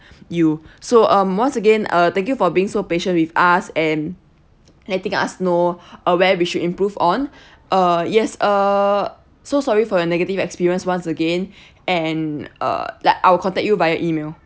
you so um once again uh thank you for being so patience with us and letting us know uh where we should improve on uh yes err so sorry for your negative experience once again and uh like I'll contact you by your email